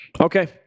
Okay